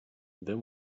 then